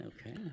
okay